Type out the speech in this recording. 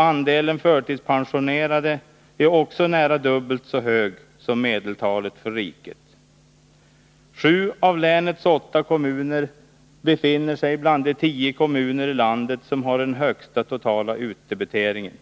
Andelen förtidspensionerade är också nära dubbelt så hög som för medeltalet i riket. Sju av länets åtta kommuner befinner sig bland de tio kommuner i landet som har den högsta totala utdebiteringen.